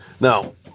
Now